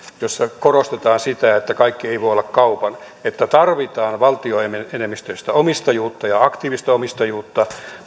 jossa korostetaan sitä että kaikki ei voi olla kaupan ja että tarvitaan valtioenemmistöistä omistajuutta ja aktiivista omistajuutta